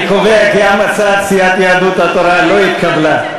אני קובע כי המלצת סיעת יהדות התורה לא נתקבלה.